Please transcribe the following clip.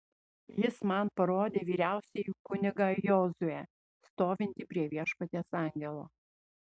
jis man parodė vyriausiąjį kunigą jozuę stovintį prie viešpaties angelo